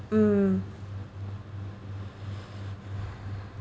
mm